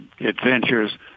adventures